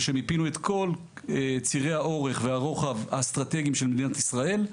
זה שמיפינו את כל צירי האורך והרוחב האסטרטגיים של מדינת ישראל.